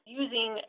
using